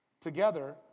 together